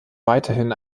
weiterhin